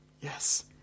Yes